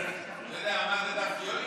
אתה יודע מה זה "דף יוימי"?